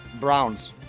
Browns